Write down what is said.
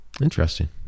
interesting